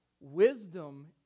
Wisdom